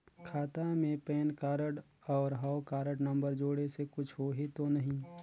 खाता मे PAN card और हव कारड नंबर जोड़े से कुछ होही तो नइ?